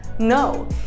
No